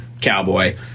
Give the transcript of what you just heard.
Cowboy